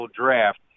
draft